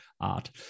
art